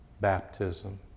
baptism